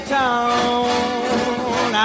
town